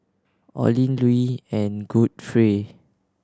Olin Louie and Godfrey